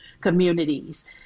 communities